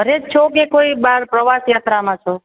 ઘરે જ છો કે કોઈ બહાર પ્રવાસ યાત્રામાં છો